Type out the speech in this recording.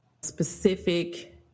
specific